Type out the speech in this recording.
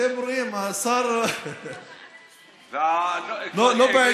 אתם רואים, השר לא בעניינים.